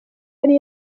yari